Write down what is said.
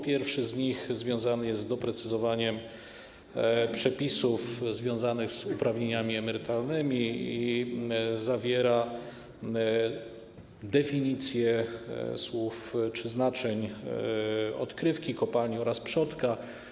Pierwszy z nich związany jest z doprecyzowaniem przepisów związanych z uprawnieniami emerytalnymi i zawiera definicje słów ˝odkrywka˝, ˝kopalnia˝ oraz ˝przodek˝